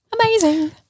Amazing